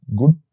good